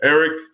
Eric